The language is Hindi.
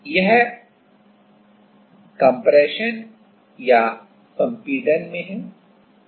तो यह संपीड़न compression में है